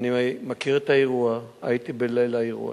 מכיר את האירוע, הייתי בליל האירוע